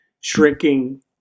shrinking